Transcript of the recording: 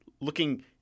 looking